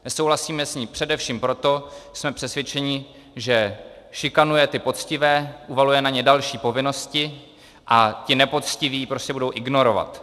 Nesouhlasíme s ní především proto, že jsme přesvědčeni, že šikanuje ty poctivé, uvaluje na ně další povinnosti a ti nepoctiví je prostě budou ignorovat.